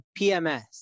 PMS